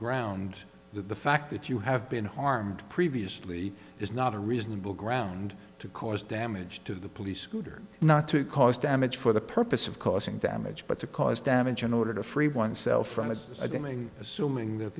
grounds the fact that you have been harmed previously is not a reasonable ground to cause damage to the police scooter not to cause damage for the purpose of causing damage but to cause damage in order to free oneself